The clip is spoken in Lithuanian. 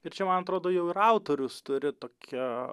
ir čia man atrodo jau ir autorius turi tokią